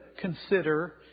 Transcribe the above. consider